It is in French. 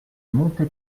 monte